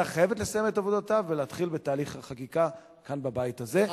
חייבת לסיים את עבודתה ולהתחיל בתהליך החקיקה כאן בבית הזה.